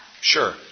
Sure